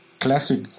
classic